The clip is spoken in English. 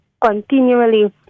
continually